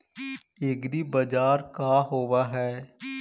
एग्रीबाजार का होव हइ?